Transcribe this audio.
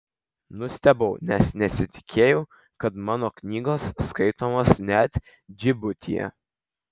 nustebau nes nesitikėjau kad mano knygos skaitomos net džibutyje